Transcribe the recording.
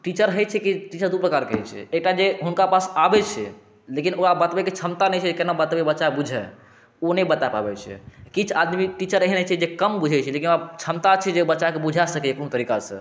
teacher होइ छै की टीचर दू प्रकारके होइ छै एकटा जे हुनका पास आबै छै लेकिन ओ आब बतबैके क्षमता नहि छै केना बतेबै बच्चा बूझै ओ नहि बता पाबै छै किछु आदमी टीचर एहन होइ छै जे कम बुझै छै लेकिन क्षमता छै जे बच्चाके बुझा सकै कोनो तरीकासँ